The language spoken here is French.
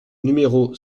numéro